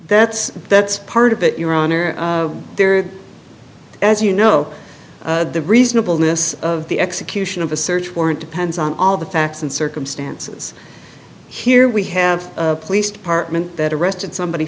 's that's part of it your honor there as you know the reasonable miss of the execution of a search warrant depends on all the facts and circumstances here we have a police department that arrested somebody